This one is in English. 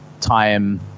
time